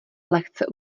lehce